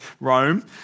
Rome